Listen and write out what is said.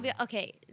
okay